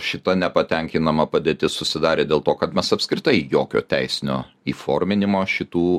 šita nepatenkinama padėtis susidarė dėl to kad mes apskritai jokio teisinio įforminimo šitų